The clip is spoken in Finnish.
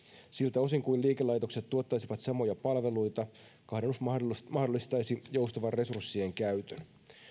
siltä osin kuin liikelaitokset tuottaisivat samoja palveluita kahdennus mahdollistaisi mahdollistaisi joustavan resurssien käytön